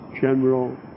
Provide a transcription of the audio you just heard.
general